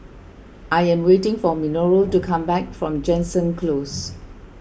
I am waiting for Minoru to come back from Jansen Close